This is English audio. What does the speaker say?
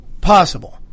possible